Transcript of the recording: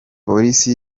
polisi